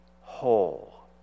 whole